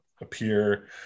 appear